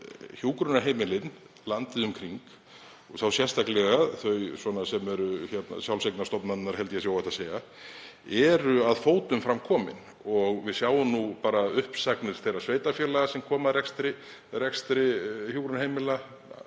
hjúkrunarheimilin landið um kring og þá sérstaklega þau sem eru sjálfseignarstofnanir, held ég að sé óhætt að segja, eru að fótum fram komin. Við sjáum bara uppsagnir þeirra sveitarfélaga sem koma að rekstri hjúkrunarheimila.